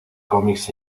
comics